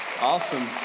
Awesome